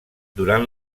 durant